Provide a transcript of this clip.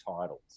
titles